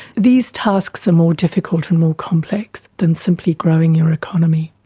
these tasks are more difficult and more complex than simply growing your economy.